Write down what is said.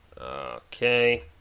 Okay